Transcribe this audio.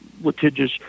litigious